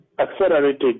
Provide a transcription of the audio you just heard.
accelerated